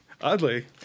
Oddly